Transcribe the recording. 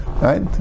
right